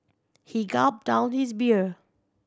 he gulped down his beer